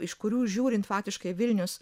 iš kurių žiūrint faktiškai vilnius